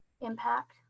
impact